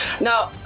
no